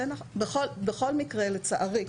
בכל מקרה לצערי,